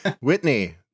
Whitney